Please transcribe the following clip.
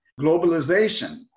globalization